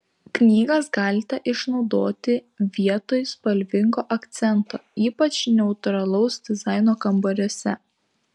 knygas galite išnaudoti vietoj spalvingo akcento ypač neutralaus dizaino kambariuose